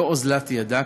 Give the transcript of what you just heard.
לא אוזלת ידה,